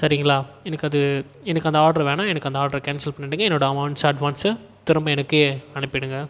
சரிங்களா எனக்கு அது எனக்கு அந்த ஆட்ரு வேணாம் எனக்கு அந்த ஆட்ரை கேன்சல் பண்ணிடுங்க என்னோட அமௌண்ட் அட்வான்ஸை திரும்ப எனக்கு அனுப்பிடுங்க